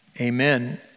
Amen